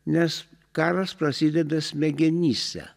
nes karas prasideda smegenyse